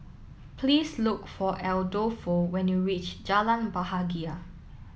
please look for Adolfo when you reach Jalan Bahagia